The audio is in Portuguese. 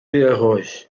arroz